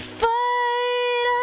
fight